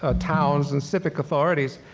ah towns and civic authorities,